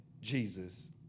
Jesus